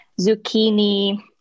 zucchini